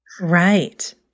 right